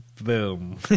Boom